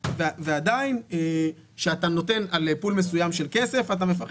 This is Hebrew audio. ועדיין כשאתה נותן פול מסוים של כסף אתה מפחד